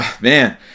man